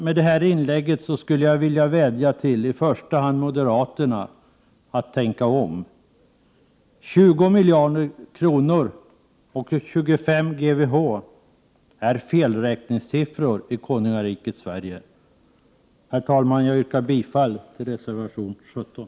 Med detta inlägg vill jag vädja till i första hand moderaterna att tänka om. 20 milj.kr. och 25 GWh är felräkningssiffror i konungariket Sverige. Herr talman! Jag yrkar bifall till reservation 17.